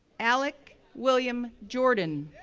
alec william jordan,